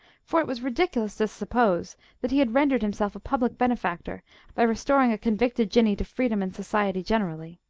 for it was ridiculous to suppose that he had rendered himself a public benefactor by restoring a convicted jinnee to freedom and society generally.